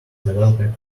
developer